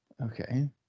Okay